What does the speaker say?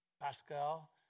Pascal